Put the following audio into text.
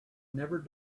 never